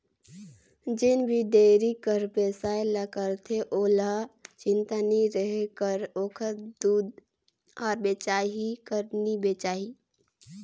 जउन भी डेयरी कर बेवसाय ल करथे ओहला चिंता नी रहें कर ओखर दूद हर बेचाही कर नी बेचाही